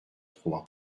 trois